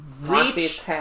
reach